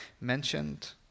mentioned